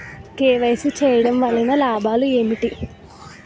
KYC చేయటం వలన లాభాలు ఏమిటి?